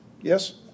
Yes